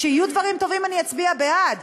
כשיהיו דברים טובים, אני אצביע בעד.